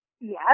Yes